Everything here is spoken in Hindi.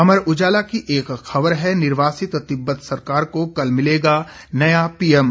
अमर उजाला की एक खबर है निर्वासित तिब्बत सरकार को कल मिलेगा नया पीएम